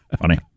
Funny